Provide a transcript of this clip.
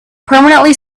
permanently